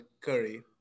curry